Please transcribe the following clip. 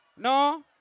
No